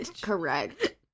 correct